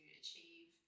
achieve